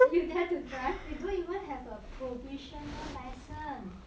and you dare to drive you dont even have a provisional license